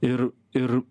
ir ir